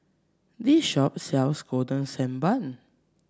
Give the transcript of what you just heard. this shop sells Golden Sand Bun